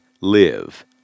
live